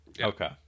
Okay